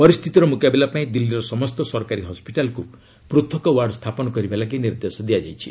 ପରିସ୍ଥିତିର ମୁକାବିଲା ପାଇଁ ଦିଲ୍ଲୀର ସମସ୍ତ ସରକାରୀ ହସ୍କିଟାଲକୁ ପୃଥକ ୱାର୍ଡ୍ ସ୍ଥାପନ କରିବା ଲାଗି ନିର୍ଦ୍ଦେଶ ଦିଆଯାଇଛି